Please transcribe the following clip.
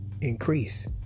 Increase